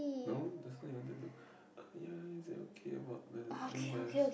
no that's what you want to do ya it's okay about like being biased